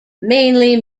mainly